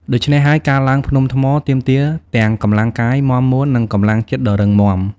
ដូច្នេះហើយ ការឡើងភ្នំថ្ម ទាមទារទាំងកម្លាំងកាយមាំមួន និងកម្លាំងចិត្តដ៏រឹងមាំ។